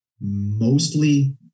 mostly